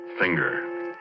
finger